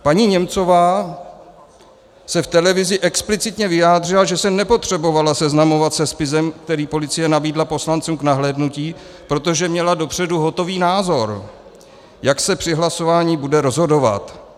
Paní Němcová se v televizi explicitně vyjádřila, že se nepotřebovala seznamovat se spisem, který policie nabídla poslancům k nahlédnutí, protože měla dopředu hotový názor, jak se při hlasování bude rozhodovat.